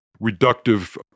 reductive